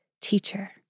teacher